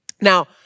Now